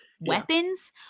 weapons